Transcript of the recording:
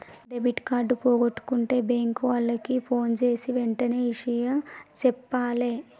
debit card పోగొట్టుకుంటే bank వాళ్లకి ఫోన్జేసి వెంటనే ఇషయం జెప్పాలే